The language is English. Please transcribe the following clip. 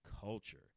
culture